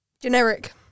generic